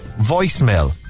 voicemail